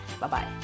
Bye-bye